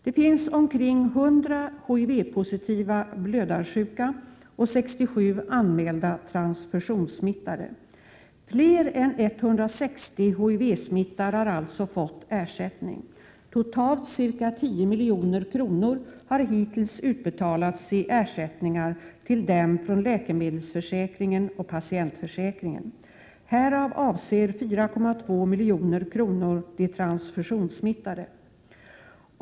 Det finns omkring 100 HIV-positiva blödarsjuka och 67 anmälda transfusionssmittade. Fler än 160 HIV-smittade har alltså fått ersättning. Totalt ca 10 milj.kr. har hittills utbetalats i ersättningar till dem från läkemedelsförsäkringen och patientförsäkringen. Härav avser 4,2 milj.kr. de transfusionssmittade.